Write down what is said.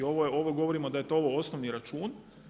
Ovo govorimo da je to ovo osnovni račun.